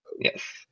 Yes